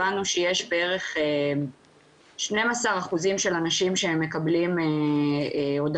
הבנו שיש בערך 12% של אנשים שמקבלים הודעות